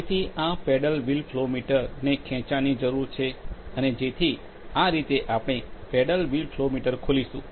તેથી આ paddle wheel flow meter ને ખેંચાણની જરૂર છે અને જેથી આ રીતે આપણે પેડલ વ્હીલ ફ્લો મીટર ખોલીશું